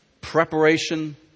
Preparation